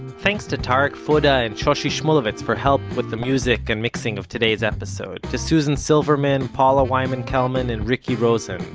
thanks to tarek fouda and shoshi shmuluvitz for help with the music and mixing of today's episode. to susan silverman, paula weiman-kelman and ricki rosen,